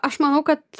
aš manau kad